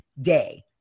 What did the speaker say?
day